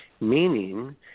Meaning